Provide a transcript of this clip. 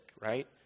right